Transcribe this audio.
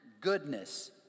goodness